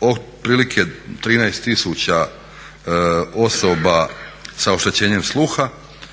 otprilike 13 tisuća osoba sa oštećenjem sluha